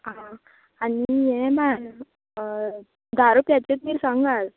आं आनी हें बांद धा रुपयाच्यो मिरसांगो घाल